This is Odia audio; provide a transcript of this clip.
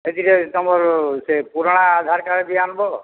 ଏଥିରେ ତମର ସେ ପୁରା ଆଧାର୍ କାର୍ଡ଼ ବି ଆଣବ